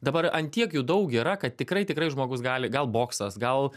dabar ant tiek jų daug yra kad tikrai tikrai žmogus gali gal boksas gal